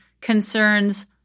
concerns